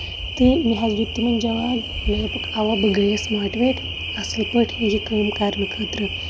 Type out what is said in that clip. تہٕ مےٚ حظ دیُت تِمن جواب آ بہٕ گٔیس ماٹِویٹ اَصٕل پٲٹھۍ یہِ کٲم کرنہٕ خٲطرٕ